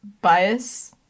bias